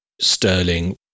sterling